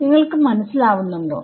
നിങ്ങൾക്ക്മനസ്സിലാവുന്നുണ്ടോ